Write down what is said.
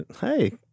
Hey